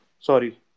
Sorry